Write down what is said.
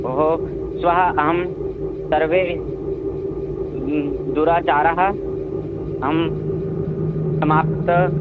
भोः श्वः अहं सर्वे दुराचारः अहं समाप्तं